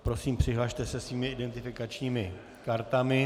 Prosím, přihlaste se svými identifikačními kartami.